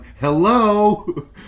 hello